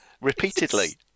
Repeatedly